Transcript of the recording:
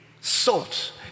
salt